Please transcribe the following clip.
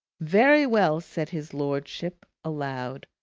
very well! said his lordship aloud.